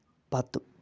پتہٕ